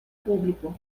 público